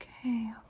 Okay